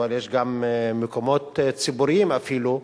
אבל יש גם מקומות ציבוריים אפילו,